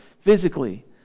physically